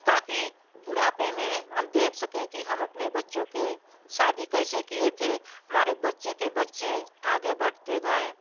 ताकि बुढ़ापे में हम देख सके कि हम अपने बच्चों की शादी कैसे किए थे हमारे बच्चे के बच्चे आगे बढ़ते गए